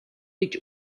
гэж